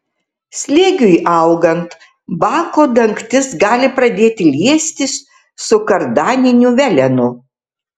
slėgiui augant bako dangtis gali pradėti liestis su kardaniniu velenu